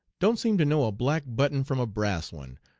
don't seem to know a black button from a brass one,